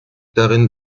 darin